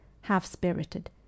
half-spirited